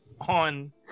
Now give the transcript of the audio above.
on